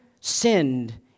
sinned